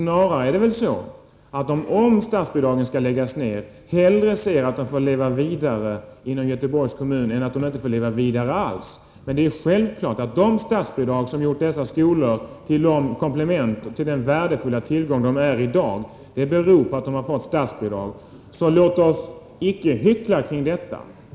Det är väl snarare så att de — om statsbidragen skall dras bort — hellre ser att de får leva vidare under Göteborgs kommun än att de inte får leva vidare alls. Men det är självklart att anledningen till att dessa skolor utgör den värdefulla tillgång de är i dag just är, att de har fått statsbidrag. Låt oss inte hyckla kring detta!